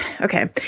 okay